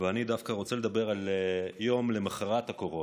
אני דווקא רוצה לדבר על יום למוחרת הקורונה,